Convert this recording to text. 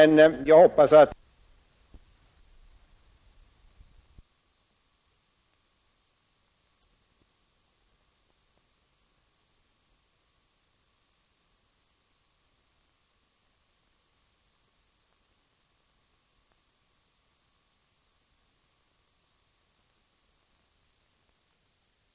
Med detta, herr talman, ber jag att få yrka bifall till utskottets hemställan.